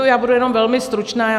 Já budu jenom velmi stručná.